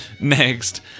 Next